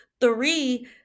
three